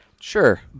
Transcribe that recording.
Sure